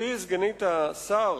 גברתי סגנית השר,